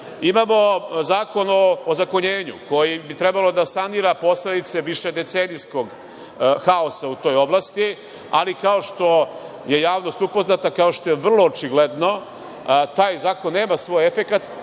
tim. Imamo Zakon o ozakonjenju koji bi trebalo da sanira posledice višedecenijskog haosa u toj oblasti, ali kao što je javnost upoznata, kao što je vrlo očigledno, taj zakon nema svoje efekte,